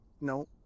no